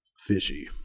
fishy